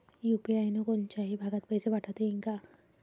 UPI न कोनच्याही भागात पैसे पाठवता येईन का?